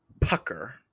pucker